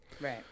Right